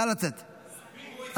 נא לצאת, אתה.